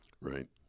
Right